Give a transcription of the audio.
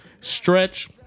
Stretch